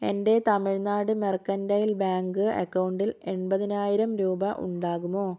എൻ്റെ Tamil Nadu mercantile bank അക്കൗണ്ടിൽ എൺപതിനായിരം രൂപ ഉണ്ടാകുമോ